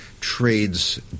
trades